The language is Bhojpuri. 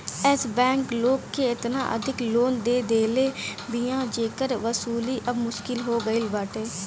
एश बैंक लोग के एतना अधिका लोन दे देले बिया जेकर वसूली अब मुश्किल हो गईल बाटे